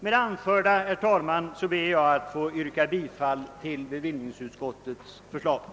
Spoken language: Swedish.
Herr talman! Med det anförda ber jag få yrka bifall till utskottets hemställan.